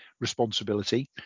responsibility